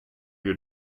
your